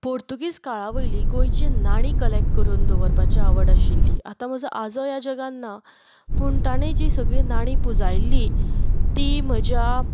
पोर्तुगीज काळा वयली गोंयची नाणी कलेक्ट करून दवरपाची आवड आशिल्ली आतां म्हाजो आजो ह्या जगान ना पूण तांणे जी सगळीं नाणी पुंजायली ती म्हज्या